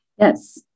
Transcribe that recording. Yes